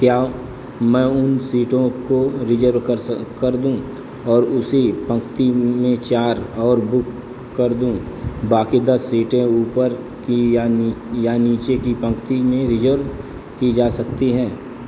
क्या मैं उन सीटों को रिज़र्व कर सक कर दूँ और उसी पंक्ति में चार और बुक कर दूँ बाकी दस सीटें ऊपर की या नि या नीचे की पंक्ति में रिज़र्व की जा सकती हैं